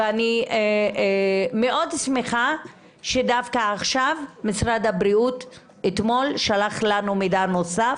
אני מאוד שמחה שדווקא עכשיו משרד הבריאות שלח לנו אתמול מידע נוסף.